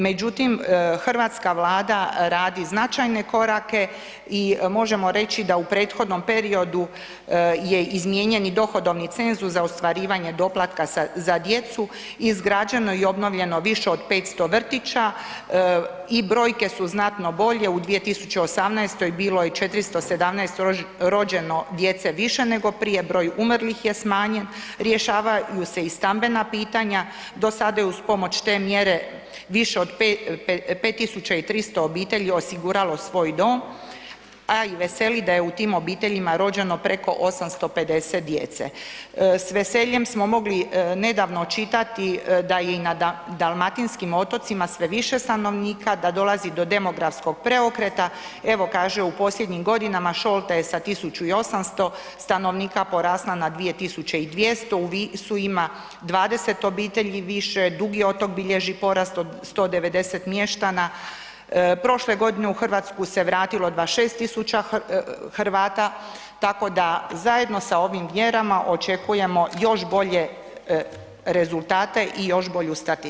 Međutim hrvatska Vlada radi značajne korake i možemo reći da u prethodnom periodu je izmijenjen i dohodovni cenzus za ostvarivanje doplatka za djecu i izgrađeno i obnovljeno više od 500 vrtića i brojke su znatno bolje, u 2018. bilo je 417 rođeno djece više nego prije, broj umrlih je smanjen, rješavaju se i stambena pitanja, do sada je uz pomoć te mjere više od 5300 obitelji osiguralo svoj dom a i veseli da je u tim obiteljima rođeno preko 850 djece, s veseljem smo mogli nedavno čitati da je i na dalmatinskim otocima sve više stanovnika, da dolazi do demografskog preokreta, evo kaže u posljednjim godinama Šolta je sa 1800 stanovnika porasla na 2200, u Visu ima 20 obitelji više, Dugi otok bilježi porast od 190 mještana, prošle godine u RH se vratilo 26 000 Hrvata, tako da zajedno sa ovim mjerama očekujemo još bolje rezultate i još bolju statistiku.